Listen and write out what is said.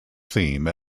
theme